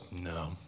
no